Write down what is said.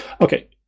okay